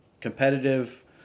competitive